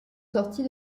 sorti